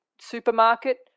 supermarket